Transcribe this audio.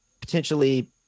potentially